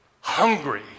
hungry